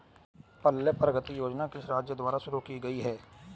पल्ले प्रगति योजना किस राज्य द्वारा शुरू की गई है?